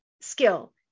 skill